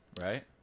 right